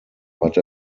but